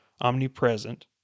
omnipresent